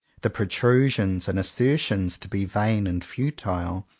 the protrusions and assertions, to be vain and futile,